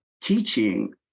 teaching